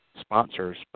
sponsors